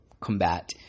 combat